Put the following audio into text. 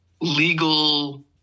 legal